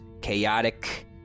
chaotic